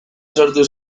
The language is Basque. sortu